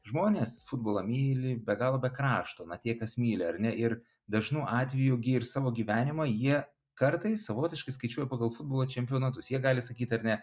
žmonės futbolą myli be galo be krašto na tie kas myli ar ne ir dažnu atveju gi ir savo gyvenimą jie kartais savotiškai skaičiuoja pagal futbolo čempionatus jie gali sakyt ar ne